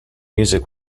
music